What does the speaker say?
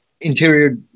interior